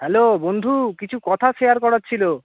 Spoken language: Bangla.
হ্যালো বন্ধু কিছু কথা শেয়ার করার ছিলো